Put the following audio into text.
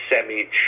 semi